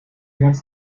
wants